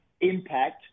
impact